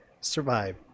survive